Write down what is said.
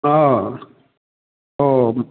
हाँ वह